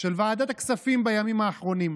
של ועדת הכספים בימים האחרונים.